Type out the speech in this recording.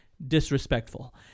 disrespectful